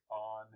on